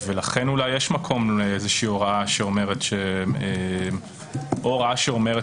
לכן אולי יש מקום לאיזושהי הוראה או הוראה שאומרת